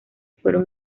fueron